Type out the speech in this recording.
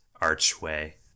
archway